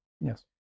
Yes